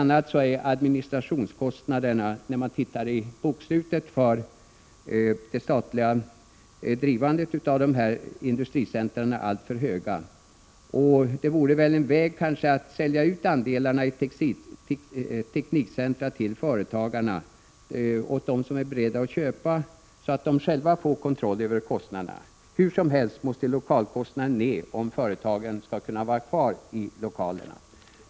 a. är administrationskostnaderna — det framgår av boksluten — för drivandet av dessa statliga industricentra alltför höga. En väg vore kanske att sälja ut andelar i teknikcentra till de företag som är beredda att köpa, så att företagen själva får kontroll över kostnaderna. Hur som helst måste lokalkostnaderna sänkas, om företagen 131 skall kunna vara kvar i lokalerna.